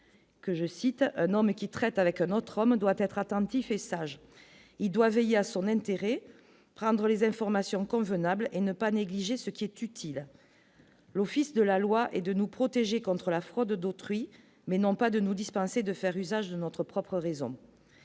: un homme qui traite avec un autre homme doit être attentifs et sages, il doit veiller à son intérêt, prendre les informations convenable et ne pas négliger ce qui est utile, l'Office de la loi et de nous protéger contre la fraude d'autrui, mais non pas de nous dispenser de faire usage de notre propre raison,